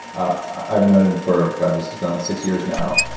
i've known him for, god this is going on six years now,